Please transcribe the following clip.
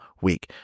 week